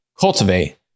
Cultivate